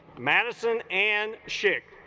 madison and chick